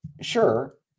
Sure